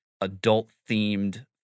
adult-themed